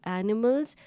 animals